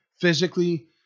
physically